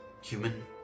human